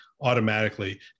automatically